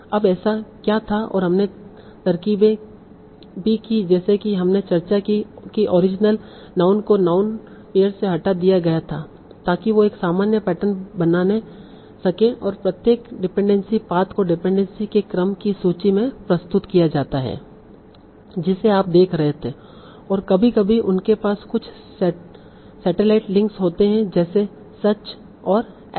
अब ऐसा क्या था और हमने तरकीबें भी कीं जैसे कि हमने चर्चा की कि ओरिजिनल नाउन को नाउन पेअर से हटा दिया गया था ताकी वो एक सामान्य पैटर्न बनाने सके और प्रत्येक डिपेंडेंसी पाथ को डिपेंडेंसी के क्रम की सूची में प्रस्तुत किया जाता है जिसे आप देख रहे थे और कभी कभी उनके पास कुछ सॅटॅलाइट लिंक्स होते हैं जेसे सच और एस